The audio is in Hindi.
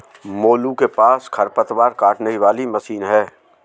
मोलू के पास खरपतवार काटने वाली मशीन है